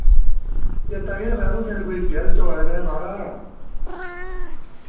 चेत्ता केह् करना यरो मेरे कोई गैस्ट आवा दे न कोई बाह्रा दा